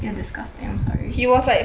ya disgusting I'm sorry